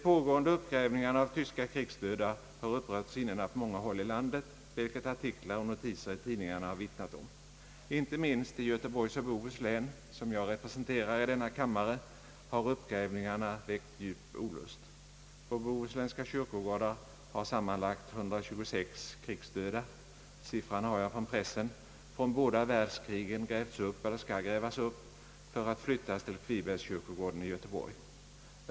ka krigsdöda har upprört sinnena på många håll i landet, vilket artiklar och notiser i tidningarna har vittnat om. Inte minst i Göteborgs och Bohus län, som jag representerar i denna kammare, har uppgrävningarna väckt djup olust. På bohuslänska kyrkogårdar har sammanlagt 126 krigsdöda — siffran har jag från pressen — från båda världskrigen grävts upp eller skall grävas upp för att flyttas till Kvibergskyrkogården i Göteborg.